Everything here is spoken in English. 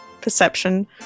perception